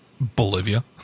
Bolivia